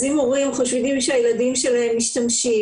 אז אם הורים חושדים שהילדים שלהם משתמשים,